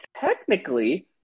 technically